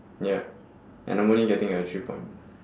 ya and I'm only getting a three point